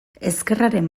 ezkerraren